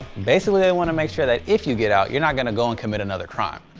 basically, they wanna make sure that if you get out, you're not gonna go and commit another crime.